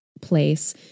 place